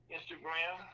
Instagram